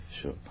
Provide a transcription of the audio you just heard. Sure